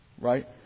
Right